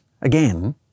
again